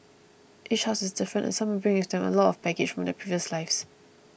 each horse is different and some bring with them a lot of baggage from their previous lives